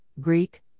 Greek